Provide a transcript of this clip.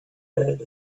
heard